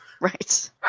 Right